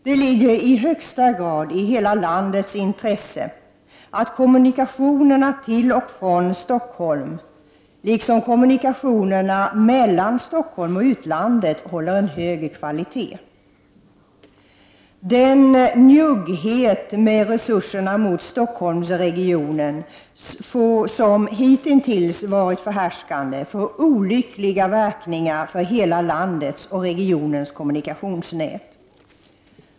Det ligger i högsta grad i hela landets intresse att kommunikationerna till och från Stockholm, liksom kommunikationerna mellan Stockholm och utlandet, håller en hög kvalitet. Den njugghet mot Stockholmsregionen som hittills varit förhärskande när det gäller resurserna får olyckliga verkningar för hela landets och regionens kommunikationsnät.